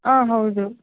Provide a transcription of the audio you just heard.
ಆಂ ಹೌದು